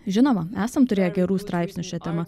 žinoma esam turėję gerų straipsnių šia tema